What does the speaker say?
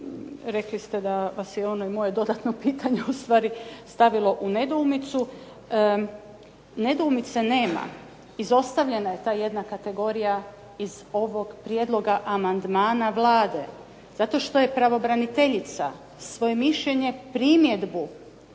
rekli ste da vas je ono moje dodatno pitanje ustvari stavilo u nedoumicu. Nedoumice nema, izostavljena je ta jedna kategorija iz ovog prijedloga amandmana Vlade, zato što je pravobraniteljica svoje mišljenje, primjedbu